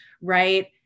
Right